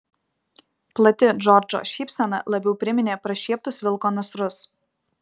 plati džordžo šypsena labiau priminė prašieptus vilko nasrus